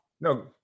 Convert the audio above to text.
no